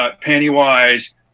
Pennywise